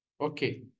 Okay